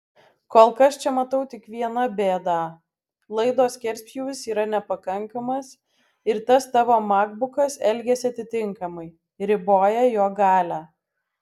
kol kas čia matau tik viena bėdą laido skerspjūvis yra nepakankamas ir tas tavo makbukas elgiasi atitinkamai riboja jo galią